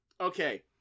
Okay